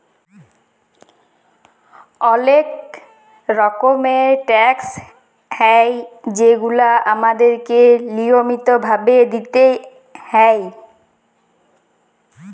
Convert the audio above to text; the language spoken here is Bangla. অলেক রকমের ট্যাকস হ্যয় যেগুলা আমাদেরকে লিয়মিত ভাবে দিতেই হ্যয়